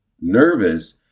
nervous